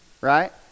Right